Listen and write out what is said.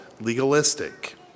legalistic